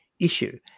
issue